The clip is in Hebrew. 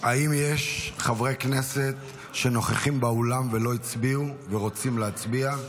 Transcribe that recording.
האם יש חברי כנסת שנוכחים באולם ולא הצביעו ורוצים להצביע?